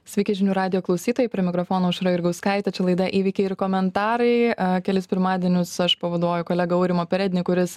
sveiki žinių radijo klausytojai prie mikrofono aušra jurgauskaitė čia laida įvykiai ir komentarai a kelis pirmadienius aš pavaduoju kolegą aurimą perednį kuris